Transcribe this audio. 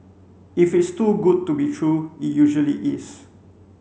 if it's too good to be true it usually is